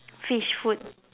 fish food